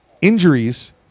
Injuries